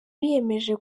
biyemeje